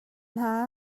hna